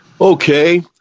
okay